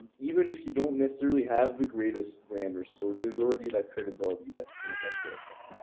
even if you don't necessarily have the greatest brand or store, there's already that credibility that's kind of like built